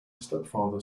stepfather